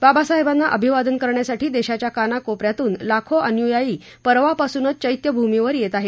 बाबासाहेबांना अभिवादन करण्यासाठी देशाच्या कानाकोपऱ्यातून लाखो अनुयायी परवापासूनच चैत्यभूमीवर येत आहेत